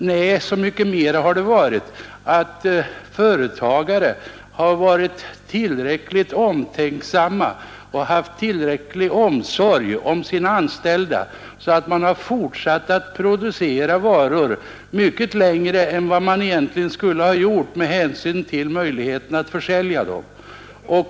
Nej, företagarna har snarare varit så omtänksamma om sina anställda att de fortsatt att producera varor mycket längre än vad de egentligan skulle ha gjort med hänsyn till möjligheterna att försälja dessa.